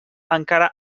encara